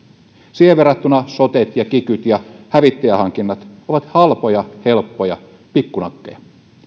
siihen verrattuna sotet ja kikyt ja hävittäjähankinnat ovat halpoja helppoja pikku nakkeja